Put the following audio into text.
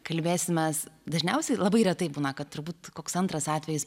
kalbėsimės dažniausiai labai retai būna kad turbūt koks antras atvejis